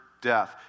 death